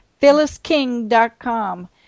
phyllisking.com